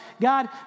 God